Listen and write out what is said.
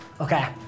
okay